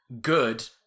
good